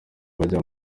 bajya